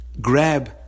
grab